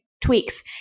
tweaks